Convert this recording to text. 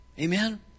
amen